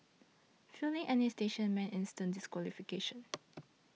failing any station meant instant disqualification